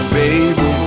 baby